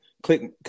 Click